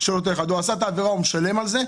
הוא עשה את העבירה והוא משלם על זה,